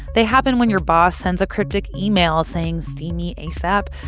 they happen when your boss sends a cryptic email saying, see me asap,